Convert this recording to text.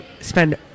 spend